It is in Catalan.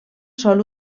sol